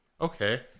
okay